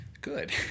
Good